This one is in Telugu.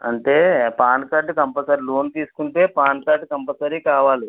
అంటే పాన్ కార్డు కంపల్సరీ లోన్ తీసుకుంటే పాన్ కార్డు కంపల్సరీ కావాలి